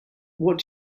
what